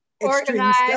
organized